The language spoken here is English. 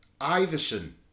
Iverson